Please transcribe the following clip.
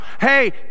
Hey